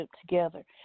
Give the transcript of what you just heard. together